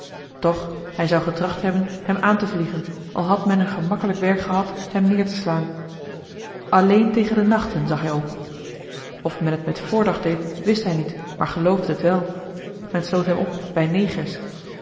toch hij zou getracht hebben hem aan te vliegen al had men een gemakkelijk werk gehad hem neer te slaan joh h been paddeltje de scheepsjongen van michiel de ruijter alleen tegen de nachten zag hij op of men het met voordacht deed wist hij niet maar geloofde het wel men sloot hem op bij negers